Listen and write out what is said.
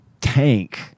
tank